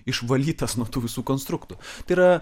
išvalytas nuo tų visų konstruktų tai yra